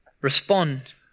respond